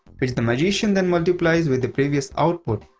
which the magician then multiplies with the previous output.